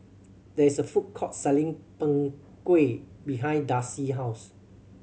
there is a food court selling Png Kueh behind Darcy's house